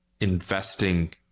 investing